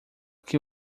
que